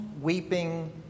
weeping